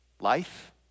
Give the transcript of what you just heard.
Life